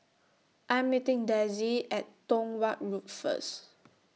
I Am meeting Desi At Tong Watt Road First